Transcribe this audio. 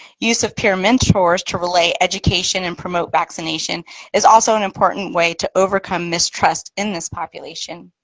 use of peer mentors to relay education and promote vaccination is also an important way to overcome mistrust in this population.